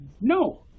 no